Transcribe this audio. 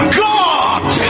god